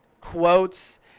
quotes